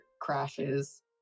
crashes